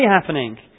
happening